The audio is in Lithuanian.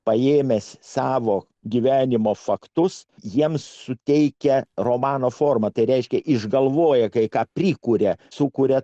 paėmęs savo gyvenimo faktus jiems suteikia romano formą tai reiškia išgalvoja kai ką prikuria sukuria